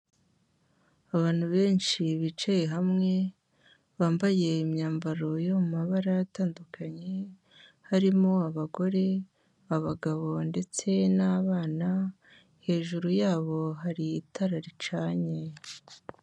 Abantu benshi bicaye hamwe, bambaye imyambaro yo mu mabara atandukanye, harimo abagore, abagabo ndetse n'abana, hejuru yabo hari itara ricanye.